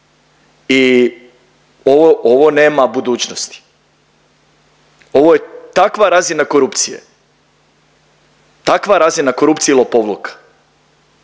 i ovo nema budućnosti. Ovo je takva razina korupcije, takva razina korupcije i lopovluka.